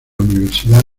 universidad